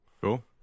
Cool